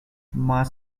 march